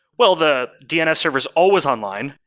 well, the dns server is always online,